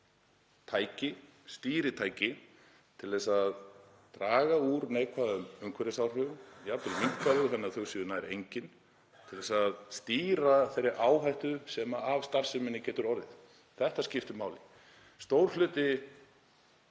stýritæki til að draga úr neikvæðum umhverfisáhrifum, jafnvel minnka þau þannig að þau séu nær engin, til að stýra þeirri áhættu sem af starfseminni getur orðið. Þetta skiptir máli. Stór hluti